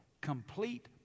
complete